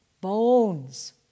bones